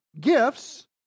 gifts